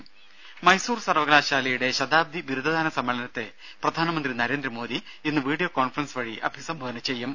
ദേദ മൈസൂർ സർവകലാശാലയുടെ ശതാബ്ദി ബിരുദദാന സമ്മേളനത്തെ പ്രധാനമന്ത്രി നരേന്ദ്രമോദി ഇന്ന് വീഡിയോ കോൺഫറൻസ് വഴി അഭിസംബോധന ചെയ്യും